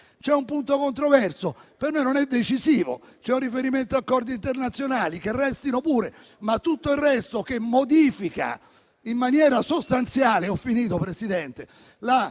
C'è un punto controverso? Per noi non è decisivo. C'è un riferimento ad accordi internazionali? Che restino pure. Ma tutto il resto, che modifica in maniera sostanziale la protezione